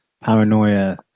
paranoia